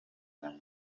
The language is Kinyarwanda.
remera